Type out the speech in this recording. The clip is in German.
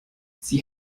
sie